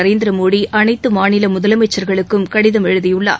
நரேந்திர மோடி அனைத்து மாநில முதலமைச்சர்களுக்கும் கடிதம் எழுதியுள்ளார்